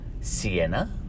Sienna